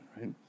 right